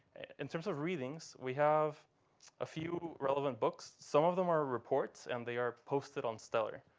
in terms of readings, we have a few relevant books. some of them are reports. and they are posted on stellar.